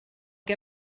que